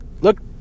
look